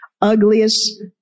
ugliest